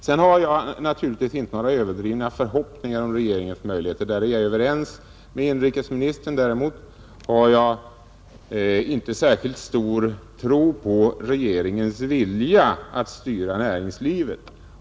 Jag har naturligtvis inga överdrivna förhoppningar om regeringens möjligheter. På den punkten är jag överens med inrikesministern. Jag har inte heller någon särskilt stor tilltro till regeringens vilja att styra näringslivet.